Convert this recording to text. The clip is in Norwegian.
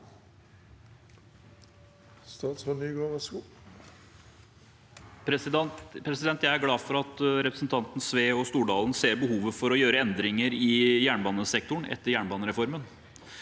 Jeg er glad for at representantene Sve og Stordalen ser behovet for å gjøre endringer i jernbanesektoren etter jernbanereformen.